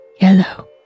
yellow